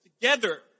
together